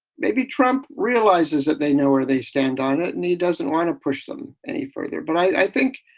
maybe trump realizes that they know where they stand on it and he doesn't want to push them any further. but i think